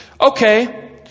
Okay